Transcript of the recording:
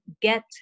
get